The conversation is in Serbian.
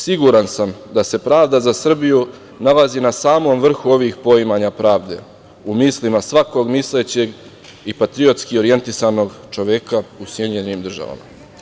Siguran sam da se pravda za Srbiju nalazi na samom vrhu svih poimanja pravde, u mislima svakog mislećeg i patriotski orjentisanog čoveka u SAD.